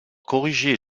corriger